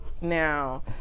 now